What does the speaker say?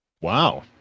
Wow